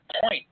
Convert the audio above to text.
point